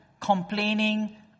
complaining